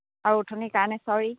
আৰু অথনিৰ কাৰণে ছৰী